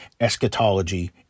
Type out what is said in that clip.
eschatology